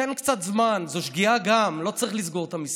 תן קצת זמן, זו שגיאה, לא צריך לסגור את המסעדות,